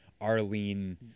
Arlene